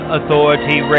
Authority